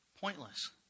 pointless